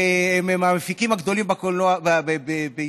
והם המפיקים הגדולים בישראל,